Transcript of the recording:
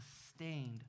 sustained